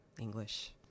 English